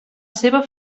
seva